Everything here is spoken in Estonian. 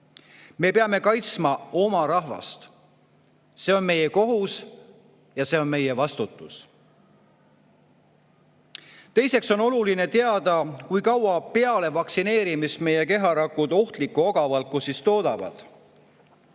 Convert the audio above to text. Me peame kaitsma oma rahvast. See on meie kohus ja see on meie vastutus. Teiseks on oluline teada, kui kaua peale vaktsineerimist meie keharakud ohtlikku ogavalku toodavad.